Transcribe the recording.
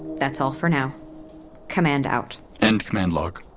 that's all for now command out end command log.